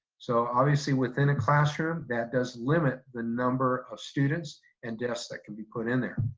so obviously within a classroom, that does limit the number of students and desks that can be put in there.